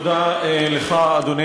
תודה לך,